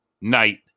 Night